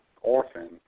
orphan